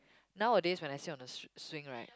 nowadays when I sit on the sw~ swing right